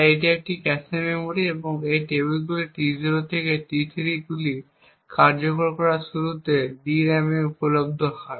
তাই এটি হল ক্যাশে মেমরি তাই এই টেবিলগুলি T0 থেকে T3গুলি কার্যকর করার শুরুতে DRAM এ উপলব্ধ হয়